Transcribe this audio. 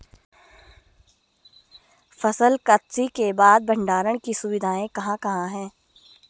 फसल कत्सी के बाद भंडारण की सुविधाएं कहाँ कहाँ हैं?